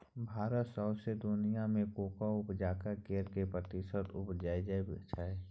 भारत सौंसे दुनियाँक कोकोआ उपजाक केर एक प्रतिशत उपजाबै छै